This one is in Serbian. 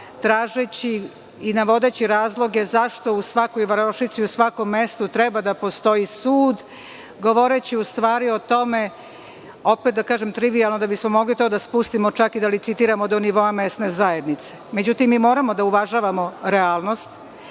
tražeći i navodeći razloge – zašto u svakoj varošici, u svakom mestu treba da postoji sud, govoreći u stvari o tome, opet da kažem trivijalno, da bismo mogli to da spustimo, čak i da licitiramo do nivoa mesne zajednice. Međutim, mi moramo da uvažavamo realnost,